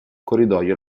corridoio